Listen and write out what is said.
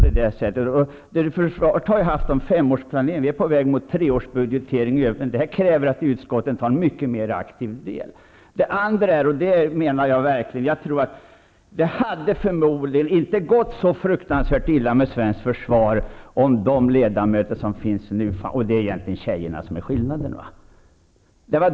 Försvaret har haft femårsplanering. Vi är nu på väg mot treårsbudgetering. Det kräver att utskottet tar mycket mer aktiv del. Jag menar att det förmodligen inte hade gått så fruktansvärt illa med svenskt försvar om de nuvarande ledamöterna hade varit med tidigare, och det är egentligen tjejerna som är skillnaden.